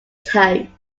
tone